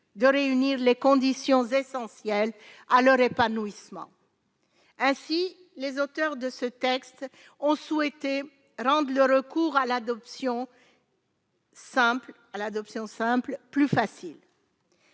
de réunir les conditions essentielles à leur épanouissement ainsi les auteurs de ce texte ont souhaité rendent le recours à l'adoption. Simple à l'adoption